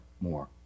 more